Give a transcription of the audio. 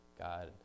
God